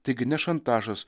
taigi ne šantažas